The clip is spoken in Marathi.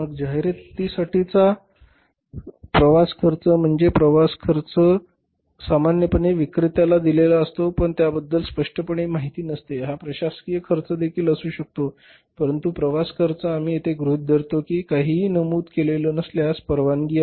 मग जाहिरातीसाठी चा प्रवास खर्च म्हणजे प्रवास खर्च सामान्यपणे विक्रेताला दिलेला असतो पण त्याबद्दल स्पष्टपणे माहिती नसते हा प्रशासकीय खर्च देखील असू शकतो परंतु प्रवास खर्च आम्ही येथे गृहीत धरतो की काहीही नमूद केलेले नसल्यास परवानगी आहे